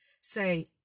say